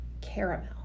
caramel